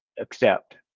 accept